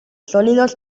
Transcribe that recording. sólidos